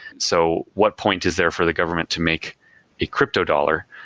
so what point is there for the government to make a crypto dollar?